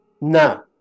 No